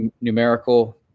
numerical